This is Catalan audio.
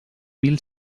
mil